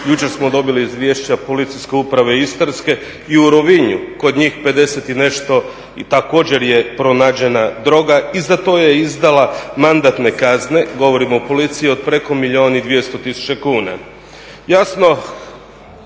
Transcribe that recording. Jučer smo dobili izvješća Policijske uprave istarske i u Rovinju kod njih 50 i nešto također je pronađena droga i za to je izdala mandatne kazne, govorim o Policiji, od preko milijun i 200 tisuća kuna. Jasno,